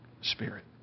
Spirit